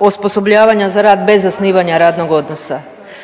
osposobljavanja za rad bez zasnivanja radnog odnosa,